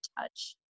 touch